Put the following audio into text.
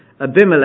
Abimelech